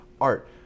art